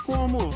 Como